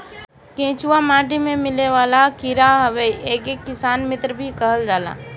केचुआ माटी में मिलेवाला कीड़ा हवे एके किसान मित्र भी कहल जाला